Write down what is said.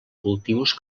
cultius